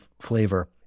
flavor